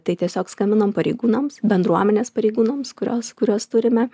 tai tiesiog skambinom pareigūnams bendruomenės pareigūnams kuriuos kuriuos turime